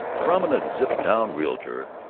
prominent ziptown realtor,